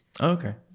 Okay